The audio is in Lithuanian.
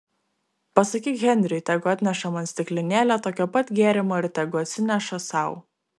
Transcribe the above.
pasakyk henriui tegu atneša man stiklinėlę tokio pat gėrimo ir tegu atsineša sau